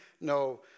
no